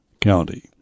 County